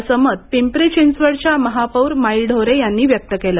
असे मत पिंपरी चिंचवडच्या महापौर माई ढोरे यांनी व्यक्त केले